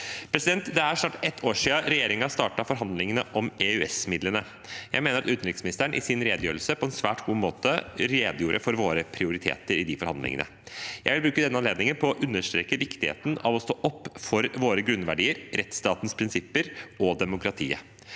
demokrati. Det er snart ett år siden regjeringen startet forhandlingene om EØS-midlene. Jeg mener at utenriksministeren i sin redegjørelse på en svært god måte redegjorde for våre prioriteter i de forhandlingene. Jeg vil bruke denne anledningen til å understreke viktigheten av å stå opp for våre grunnverdier, for rettsstatens prinsipper og for demokratiet,